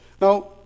Now